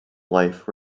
life